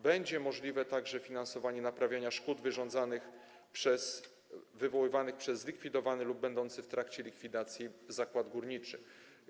Będzie możliwe także finansowanie naprawiania szkód wyrządzanych, wywoływanych przez zlikwidowany lub będący w trakcie likwidacji zakład górniczy.